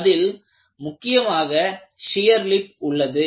அதில் முக்கியமாக shear lip உள்ளது